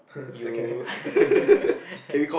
you